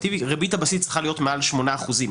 ריבית הבסיס צריכה להיות מעל שמונה אחוזים.